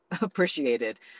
appreciated